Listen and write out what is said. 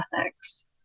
ethics